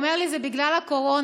הוא אומר לי: זה בגלל הקורונה.